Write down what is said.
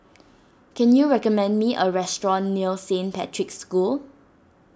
can you recommend me a restaurant near Saint Patrick's School